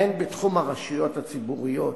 הן בתחום הרשויות הציבוריות